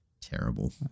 Terrible